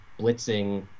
blitzing